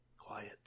quiet